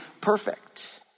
perfect